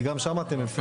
כי גם שם אתם מפנים.